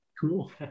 Cool